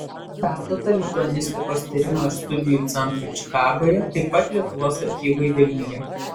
perduota lituanistikos tyrimo ir studijų centrui čikagoje taip pat lietuvos archyvui vilniuje